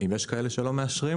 אם יש כאלה שלא מאשרים